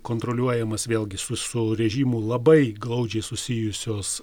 kontroliuojamas vėlgi su su režimu labai glaudžiai susijusios